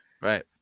Right